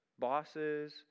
bosses